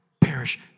perish